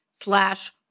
slash